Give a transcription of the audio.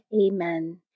Amen